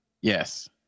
Yes